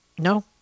No